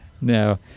No